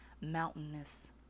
mountainous